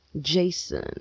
Jason